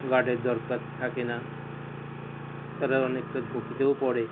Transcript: গার্ডের দরকার থাকে না তারা অনেকটা ঝুঁকিতেও পড়ে